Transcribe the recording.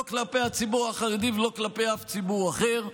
לא כלפי הציבור החרדי ולא כלפי אף ציבור אחר.